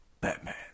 Batman